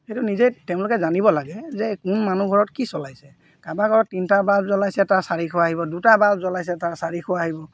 সেইটো নিজেই তেওঁলোকে জানিব লাগে যে কোন মানুহ ঘৰত কি চলাইছে কাৰোবাৰ ঘৰত তিনিটা বাল্ব জ্বলাইছে তাৰ চাৰিশ আহিব দুটা বাল্ব জ্বলাইছে তাৰ চাৰিশ আহিব